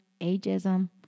ageism